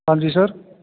ਹਾਂਜੀ ਸਰ